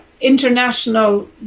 international